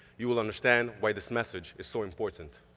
you will understand why this message is so important.